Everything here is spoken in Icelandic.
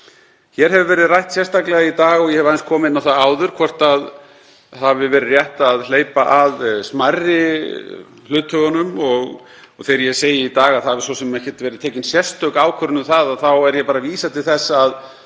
Hér hefur verið rætt sérstaklega í dag, og ég hef aðeins komið inn á það áður, hvort það hafi verið rétt að hleypa að smærri hluthöfunum og þegar ég segi í dag að það hafi svo sem ekki verið tekin sérstök ákvörðun um það þá er ég bara að vísa til þess að